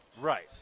Right